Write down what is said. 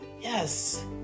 yes